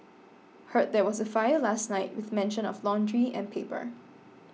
heard there was a fire last night with mention of laundry and paper